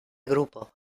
grupo